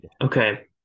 okay